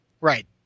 Right